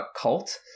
cult